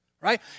right